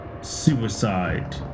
Suicide